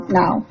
now